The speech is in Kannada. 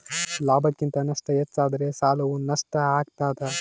ಲಾಭಕ್ಕಿಂತ ನಷ್ಟ ಹೆಚ್ಚಾದರೆ ಸಾಲವು ನಷ್ಟ ಆಗ್ತಾದ